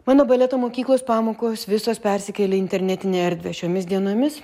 mano baleto mokyklos pamokos visos persikėlė į internetinę erdvę šiomis dienomis